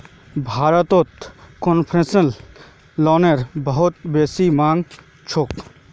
भारतत कोन्सेसनल लोनेर बहुत बेसी मांग छोक